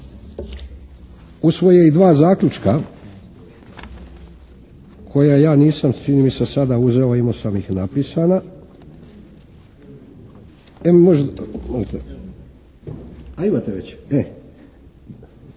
usvoje i dva zaključka koja ja nisam čini mi se sada uzeo, a imao sam ih napisana. A imate već?